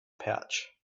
pouch